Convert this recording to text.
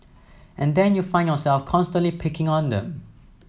and then you find yourself constantly picking on them